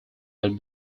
but